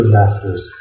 masters